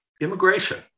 immigration